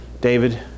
David